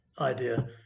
idea